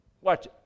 watch